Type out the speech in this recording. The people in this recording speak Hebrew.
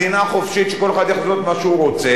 מדינה חופשית שכל אחד יכול לעשות מה שהוא רוצה.